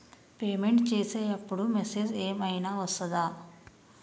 Payment చేసే అప్పుడు message ఏం ఐనా వస్తదా?